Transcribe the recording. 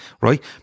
right